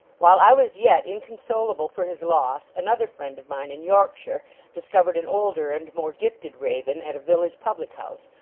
while i was yet inconsolable for his loss, another friend of mine in yorkshire discovered an older and more gifted raven at a village public-house,